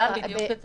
בדיוק את זה.